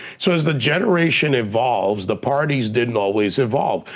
so as the generation evolves, the parties didn't always evolve.